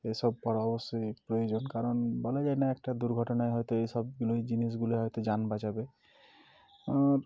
এসব পরা অবশ্যই প্রয়োজন কারণ বলা যায় না একটা দুর্ঘটনায় হয়তো এসবগুলো এই জিনিসগুলো হয়তো জান বাঁচাবে আর